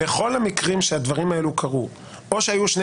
בכל המקרים שהדברים האלו קרו או שהיו שני